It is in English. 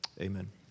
amen